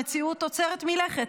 המציאות עוצרת מלכת,